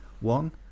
one